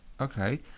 Okay